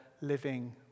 living